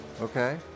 Okay